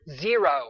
Zero